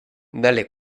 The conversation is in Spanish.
dale